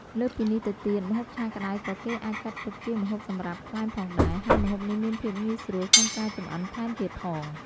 លើសពីនេះទៅទៀតម្ហូបឆាក្តៅក៏គេអាចចាត់ទុកជាម្ហូបសម្រាប់ក្លែមផងដែរ ហើយម្ហូបនេះមានភាពងាយស្រួលក្នុងការចម្អិនថែមទៀតផង។